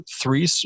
three